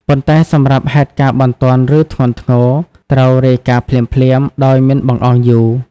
ប៉ុន្តែសម្រាប់ហេតុការណ៍បន្ទាន់ ឬធ្ងន់ធ្ងរ ត្រូវរាយការណ៍ភ្លាមៗ ដោយមិនបង្អង់យូរ។